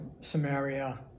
Samaria